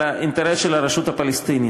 אלא אינטרס של הרשות הפלסטינית.